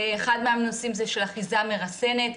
אחד מהנושאים זה של אחיזה מרסנת,